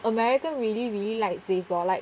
america really really like baseball like